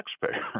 taxpayer